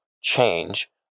change